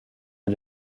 est